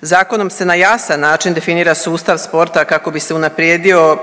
Zakonom se na jasan način definira sustav sporta kako bi se unaprijedio